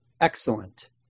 Excellent